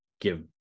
give